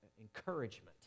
encouragement